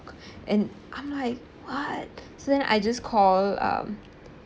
and I'm like what so then I just call um